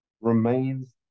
remains